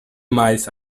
miles